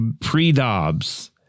pre-Dobbs